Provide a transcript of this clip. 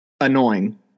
Annoying